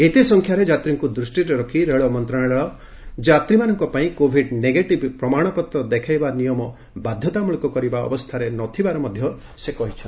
ଏତେ ସଂଖ୍ୟାରେ ଯାତ୍ରୀଙ୍କୁ ଦୃଷ୍ଟିରେ ରଖି ରେଳ ମନ୍ତ୍ରଣାଳୟ ଯାତ୍ରୀମାନଙ୍କ ପାଇଁ କୋଭିଡ୍ ନେଗେଟିଭ୍ ପ୍ରମାଣପତ୍ର ଦେଖାଇବା ନିୟମ ବାଧ୍ୟତାମୂଳକ କରିବା ଅବସ୍ଥାରେ ନ ଥିବା ସେ କହିଛନ୍ତି